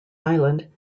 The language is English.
island